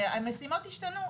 המשימות השתנו.